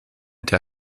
der